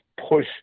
push